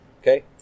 Okay